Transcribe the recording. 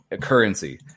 currency